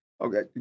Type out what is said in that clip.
Okay